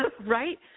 right